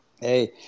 Hey